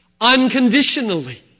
Unconditionally